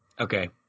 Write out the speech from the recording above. okay